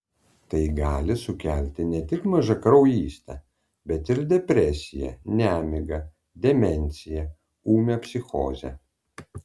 tai gali sukelti ne tik mažakraujystę bet ir depresiją nemigą demenciją ūmią psichozę